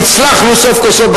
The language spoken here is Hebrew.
והצלחנו סוף כל סוף,